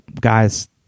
guys